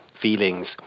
feelings